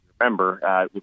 remember